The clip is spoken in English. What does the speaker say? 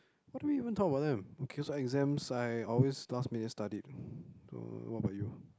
what do we even talk about them okay so exams I always last minute study what about you